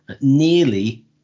nearly